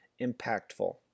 impactful